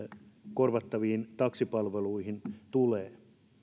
korvattaviin taksipalveluihin tulee